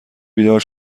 بیدار